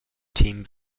themen